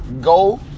go